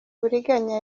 uburiganya